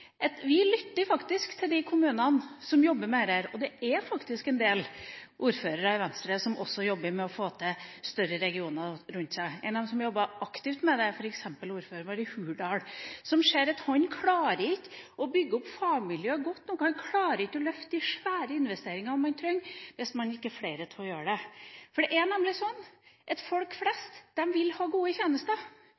at vi lytter til de kommunene som jobber med dette, og det er faktisk en del ordførere i Venstre som også jobber med å få til større regioner rundt seg. En av dem som jobber aktivt med det, er f.eks. ordføreren vår i Hurdal, som ser at han ikke klarer å bygge opp fagmiljøet godt nok, han klarer ikke å løfte de store investeringene man trenger hvis man ikke er flere til å gjøre det, for det er nemlig slik at folk